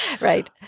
right